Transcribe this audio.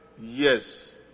Yes